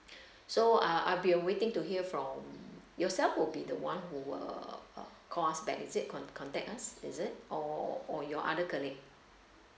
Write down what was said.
so uh I'll be waiting to hear from yourself will be the one who err uh call us back is it con~ contact us is it or or your other colleague